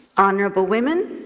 honorable women,